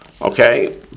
Okay